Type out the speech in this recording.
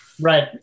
right